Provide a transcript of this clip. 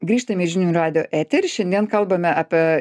grįžtame į žinių radijo eterį šiandien kalbame apie